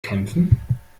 kämpfen